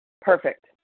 Perfect